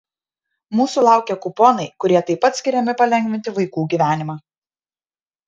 mūsų laukia kuponai kurie taip pat skiriami palengvinti vaikų gyvenimą